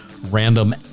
random